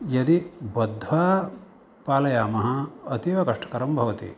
यदि बद्ध्वा पालयामः अतीवकष्टकरं भवति